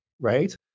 right